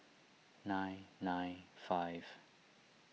nine nine five